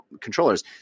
controllers